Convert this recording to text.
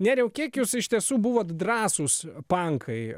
nėriau kiek jūs iš tiesų buvot drąsūs pankai